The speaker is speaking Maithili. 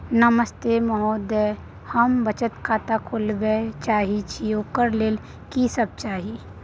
नमस्ते महोदय, हम बचत खाता खोलवाबै चाहे छिये, ओकर लेल की सब चाही?